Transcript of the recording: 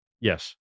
Yes